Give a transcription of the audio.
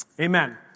amen